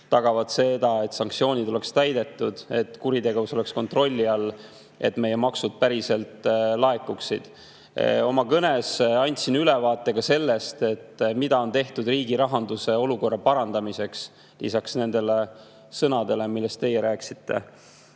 tagavad, et sanktsioonid oleksid täidetud, et kuritegevus oleks kontrolli all, et maksud päriselt laekuksid. Oma kõnes andsin ülevaate ka sellest, mida on tehtud riigi rahanduse olukorra parandamiseks lisaks sõnadele, mida teie rääkisite. Eelmisel